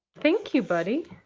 thank you buddy.